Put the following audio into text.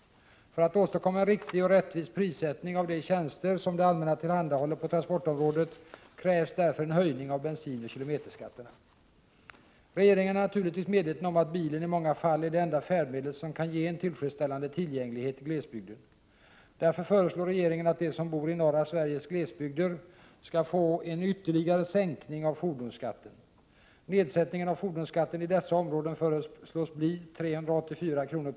För att åstadkomma en riktig och rättvis prissättning av de tjänster som det allmänna tillhandahåller på transportområdet krävs därför en höjning av bensinoch kilometerskatterna. Regeringen är naturligtvis medveten om att bilen i många fall är det enda färdmedel som kan ge en tillfredsställande tillgänglighet i glesbygden. Därför föreslår regeringen att de som bor i norra Sveriges glesbygder skall få en ytterligare sänkning av fordonsskatten. Nedsättningen av fordonsskatten i dessa områden föreslås bli 384 kr.